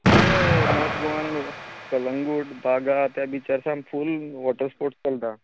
हय हय हय नोर्थ गोवान कलंगूट बागा त्या बिचारसान फुल वॉटर स्पोर्टस चलता